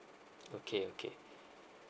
okay okay